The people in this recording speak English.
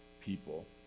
people